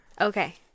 Okay